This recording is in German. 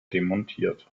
demontiert